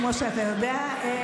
כמו שאתה יודע,